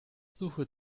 suche